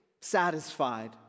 satisfied